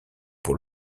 pour